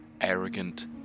arrogant